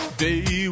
day